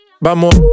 Vamos